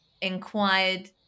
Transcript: inquired